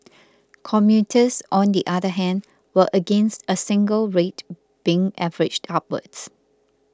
commuters on the other hand were against a single rate being averaged upwards